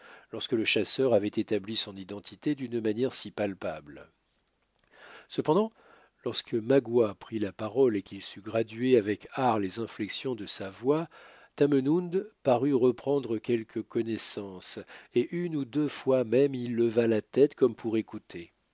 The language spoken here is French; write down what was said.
lorsque le chasseur avait établi son identité d'une manière si palpable cependant lorsque magua prit la parole et qu'il sut graduer avec art les inflexions de sa voix tamenund parut reprendre quelque connaissance et une ou deux fois même il leva la tête comme pour écouter